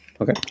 Okay